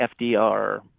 FDR